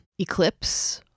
Eclipse